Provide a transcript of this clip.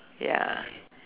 ya